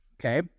Okay